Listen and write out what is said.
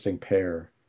pair